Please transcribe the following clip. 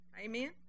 Amen